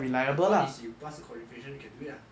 the point is you pass the qualification you can do it lah